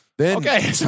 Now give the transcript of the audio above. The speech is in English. okay